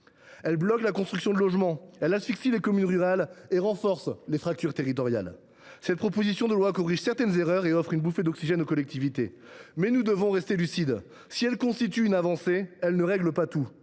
qui bloque la construction de logements, asphyxie les communes rurales et renforce les fractures territoriales. Cette proposition de loi corrige certaines erreurs et offre une bouffée d’oxygène aux collectivités. Mais nous devons rester lucides : si elle constitue une avancée, elle ne règle pas tout.